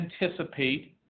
anticipate